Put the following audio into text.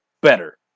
better